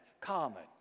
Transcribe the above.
common